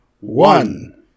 one